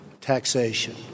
taxation